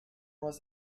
was